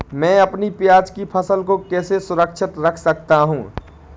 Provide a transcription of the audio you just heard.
मैं अपनी प्याज की फसल को कैसे सुरक्षित रख सकता हूँ?